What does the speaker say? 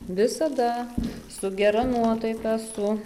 visada su gera nuotaika su